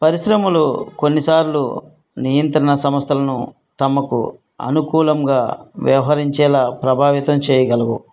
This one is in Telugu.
పరిశ్రమలు కొన్నిసార్లు నియంత్రణ సంస్థలను తమకు అనుకూలంగా వ్యవహరించేలా ప్రభావితం చేయగలవు